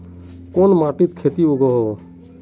कोन माटित खेती उगोहो?